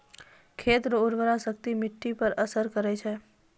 खेत रो उर्वराशक्ति मिट्टी पर असर करै छै